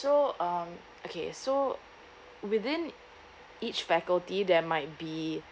so um okay so within each faculty there might be